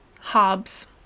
Hobbes